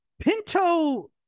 pinto